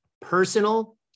personal